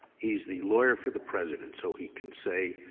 he's the lawyer for the president. so he can say,